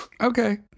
Okay